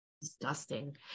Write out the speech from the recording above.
Disgusting